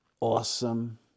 awesome